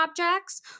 objects